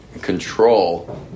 control